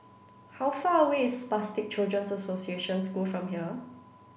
how far away is Spastic Children's Association School from here